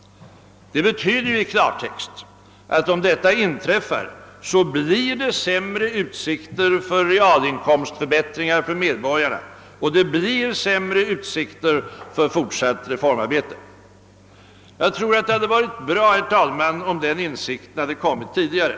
Det betyder i klartext att om detta inträffar blir utsikterna sämre till realinkomstförbättringar för medborgarna. Det blir också sämre utsikter till fortsatt reformarbete. Herr talman! Jag tror att det hade varit bra om den insikten hade kommit tidigare.